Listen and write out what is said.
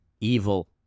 evil